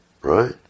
right